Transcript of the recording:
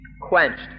quenched